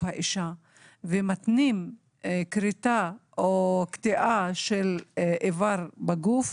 האישה ומתנים כריתה או קטיעה של איבר בגוף